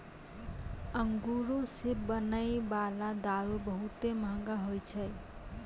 अंगूरो से बनै बाला दारू बहुते मंहगा होय छै